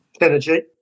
energy